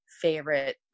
favorite